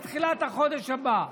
בתחילת החודש הבא.